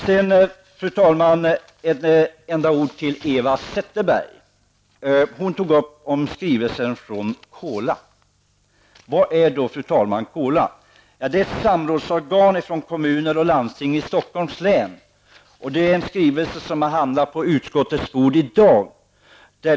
Sedan några ord till Eva Zetterberg, som tog upp skrivelsen från KOLA. Vad är då, fru talman, KOLA? Det är ett samrådsorgan för kommuner och landsting i Stockholms län. Skrivelsen i fråga har hamnat på utskottets bord i dag.